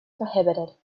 prohibited